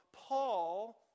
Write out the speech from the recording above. Paul